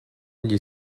gli